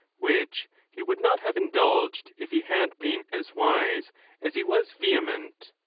which he would not have indulged if he had been as wise as he was vehement.